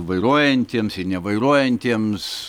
vairuojantiems ir nevairuojantiems